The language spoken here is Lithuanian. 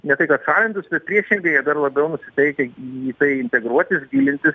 ne tai kad šalintųsi bet priešingai jie dar labiau siekia į tai integruotis gilintis